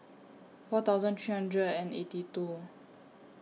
four thousand three hundred and eighty two